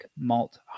Malt